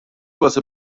واسه